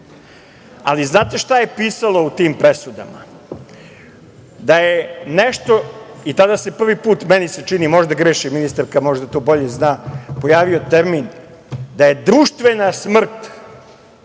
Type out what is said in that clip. ali znate šta je pisalo u tim presudama? I tada se prvi put, meni se čini, možda grešim, ministarka to možda bolje zna, pojavio termin da je društvena smrt